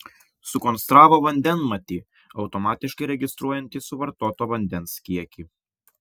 sukonstravo vandenmatį automatiškai registruojantį suvartoto vandens kiekį